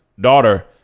daughter